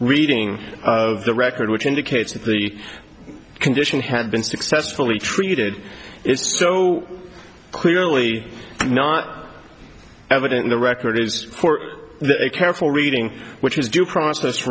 reading of the record which indicates that the condition had been successfully treated so clearly not evident the record is for the careful reading which is due process